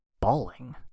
bawling